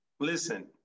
Listen